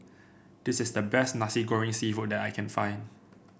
this is the best Nasi Goreng seafood that I can find